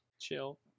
chill